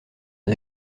des